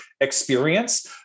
experience